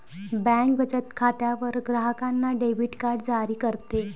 bank बचत खात्यावर ग्राहकांना डेबिट कार्ड जारी करते